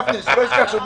הוא רוצה את היועץ המשפטי.